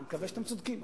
אני מקווה שאתם צודקים.